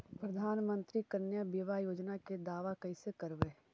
प्रधानमंत्री कन्या बिबाह योजना के दाबा कैसे करबै?